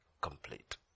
complete